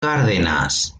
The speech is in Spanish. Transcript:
cárdenas